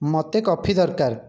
ମୋତେ କଫି ଦରକାର